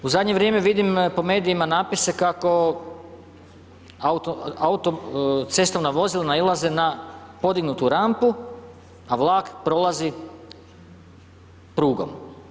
U zadnje vrijeme vidim po medijima napise kako cestovna vozila nailaze na podignutu rampu, a vlak prolazi prugom.